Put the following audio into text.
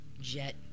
jet